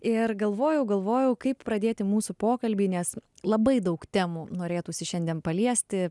ir galvojau galvojau kaip pradėti mūsų pokalbį nes labai daug temų norėtųsi šiandien paliesti